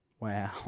Wow